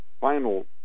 final